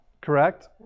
correct